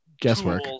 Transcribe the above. guesswork